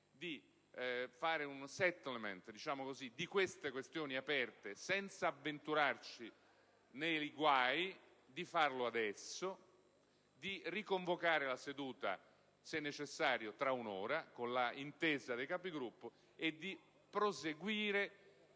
di fare un *settlement* di queste questioni aperte, senza avventurarci nei guai. Le suggerisco di farlo adesso e di riconvocare la seduta - se necessario - tra un'ora, con l'intesa dei Capigruppo, e di proseguire